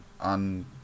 on